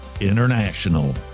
International